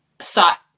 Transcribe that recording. sought